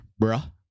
bruh